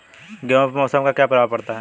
गेहूँ पे मौसम का क्या प्रभाव पड़ता है?